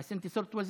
(אומר בערבית: אבל אתה נהיית שר.)